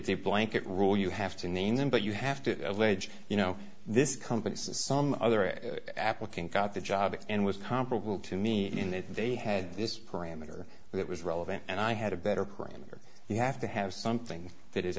a blanket rule you have to name them but you have to allege you know this company has some other an applicant got the job and was comparable to me in that they had this parameter that was relevant and i had a better printer you have to have something that is